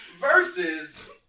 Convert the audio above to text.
Versus